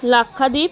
Lakshadweep